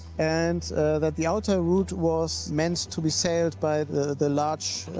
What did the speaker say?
and that the outer route was meant to be sailed by the the large,